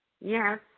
Yes